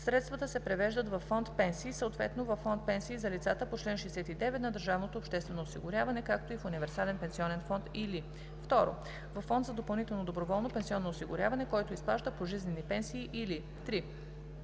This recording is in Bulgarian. средствата се превеждат във фонд „Пенсии“, съответно във фонд „Пенсии за лицата по чл. 69“, на държавното обществено осигуряване, както и в универсален пенсионен фонд, или 2. във фонд за допълнително доброволно пенсионно осигуряване, който изплаща пожизнени пенсии, или 3.